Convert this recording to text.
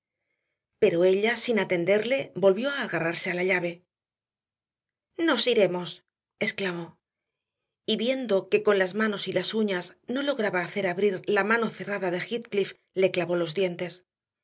pero ella sin atenderle volvió a agarrarse a la llave nos iremos exclamó y viendo que con las manos y las uñas no lograba hacer abrir la mano cerrada de heathcliff le clavó los dientes